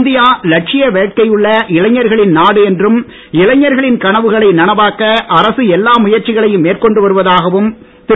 India லட்சிய வேட்கையுள்ள இளைஞர்களின் நாடு என்றும் இளைஞர்களின் கனவுகளை நனவாக்க அரச எல்லா முயற்சிகளையம் மேற்கொண்டு வருவதாகவும் திரு